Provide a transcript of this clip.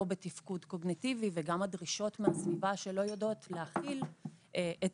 לא בתפקוד קוגניטיבי וגם הדרישות מהסביבה שלא יודעות להכיל את